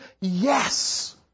Yes